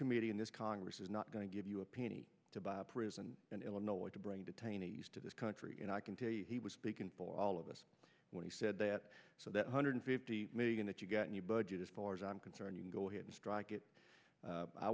in this congress is not going to give you a penny to buy a prison in illinois to bring detainees to this country and i can tell you he was speaking for all of us when he said that so that one hundred fifty million that you got a new budget as far as i'm concerned you can go ahead and strike it